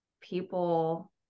people